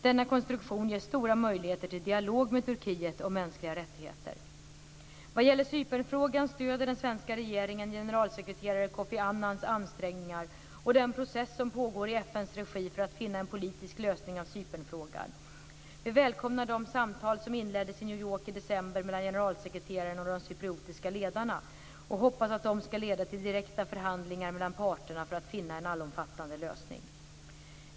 Denna konstruktion ger stora möjligheter till dialog med Turkiet om mänskliga rättigheter. Vad gäller Cypernfrågan stöder den svenska regeringen generalsekreterare Kofi Annans ansträngningar och den process som pågår i FN:s regi för att finna en politisk lösning av Cypernfrågan. Vi välkomnar de samtal som inleddes i New York i december mellan generalsekreteraren och de cypriotiska ledarna och hoppas att de ska leda till direkta förhandlingar mellan parterna för att finna en allomfattande lösning.